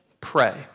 pray